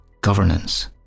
Governance